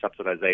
subsidization